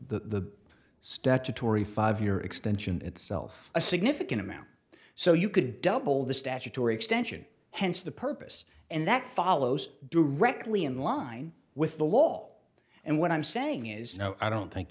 the statutory five year extension itself a significant amount so you could double the statutory extension hence the purpose and that follows directly in line with the law and what i'm saying is i don't think